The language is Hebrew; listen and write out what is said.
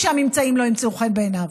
כשהממצאים לא ימצאו חן בעיניו.